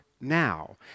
now